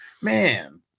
Man